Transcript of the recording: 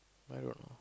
I don't know